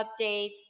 updates